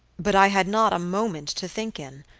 but i had not a moment to think in.